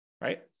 right